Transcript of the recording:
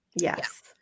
yes